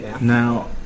now